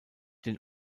den